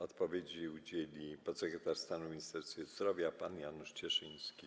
Odpowiedzi udzieli podsekretarz stanu w Ministerstwie Zdrowia pan Janusz Cieszyński.